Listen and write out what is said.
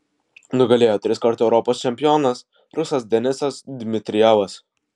nugalėjo triskart europos čempionas rusas denisas dmitrijevas